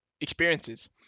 experiences